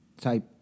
type